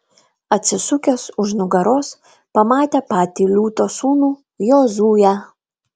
atsisukęs už nugaros pamatė patį liūto sūnų jozuę